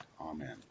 Amen